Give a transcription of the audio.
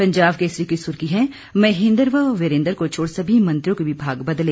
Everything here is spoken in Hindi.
पंजाब केसरी की सुर्खी है महेंद्र व वीरेन्द्र को छोड़ सभी मंत्रियों के विभाग बदले